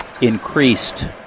increased